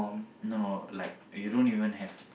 no like you don't even have